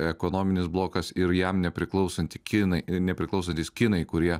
ekonominis blokas ir jam nepriklausanti kinai nepriklausantys kinai kurie